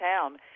town